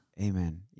Amen